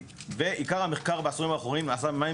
עיקר המחקר בעשורים האחרונים נעשה במים